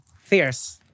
Fierce